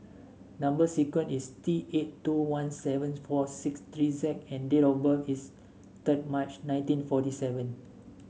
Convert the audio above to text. number sequence is T eight two one seven four six three Z and date of birth is third March nineteen fourty seven